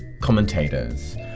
commentators